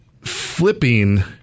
flipping